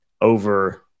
over